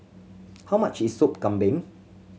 how much is Sop Kambing